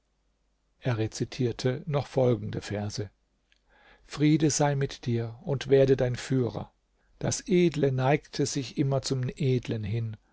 er rezitierte noch folgende verse friede sei mit dir und werde dein führer das edle neigte sich immer zum edlen hin